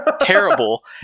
terrible